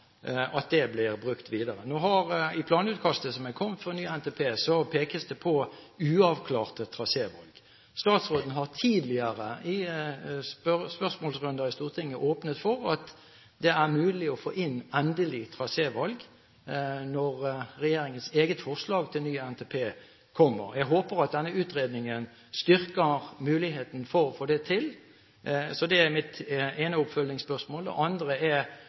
blir brukt videre. I planutkastet som er kommet for ny NTP, pekes det på uavklarte trasévalg. Statsråden har i tidligere spørsmålsrunder i Stortinget åpnet for at det er mulig å få inn endelig trasévalg når regjeringens eget forslag til ny NTP kommer. Jeg håper at denne utredningen styrker muligheten for å få det til. – Det er mitt ene oppfølgingsspørsmål. Det andre er